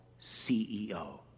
CEO